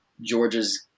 Georgia's